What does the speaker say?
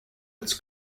its